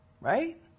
right